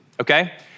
okay